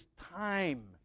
time